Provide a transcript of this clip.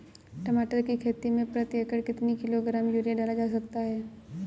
टमाटर की खेती में प्रति एकड़ कितनी किलो ग्राम यूरिया डाला जा सकता है?